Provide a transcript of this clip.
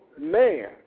man